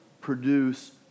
produce